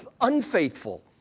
unfaithful